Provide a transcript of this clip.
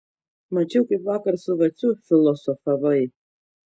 mačiau kaip vakar su vaciu filosofavai